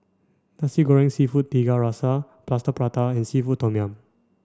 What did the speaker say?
Nasi Goreng Seafood Tiga Rasa Plaster Prata and seafood tom yum